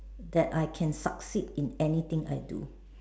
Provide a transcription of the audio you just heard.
that I can succeed in anything I do